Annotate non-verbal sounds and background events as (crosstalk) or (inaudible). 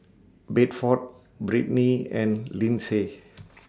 Bedford Britny and Lindsey (noise)